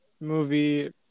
movie